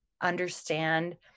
understand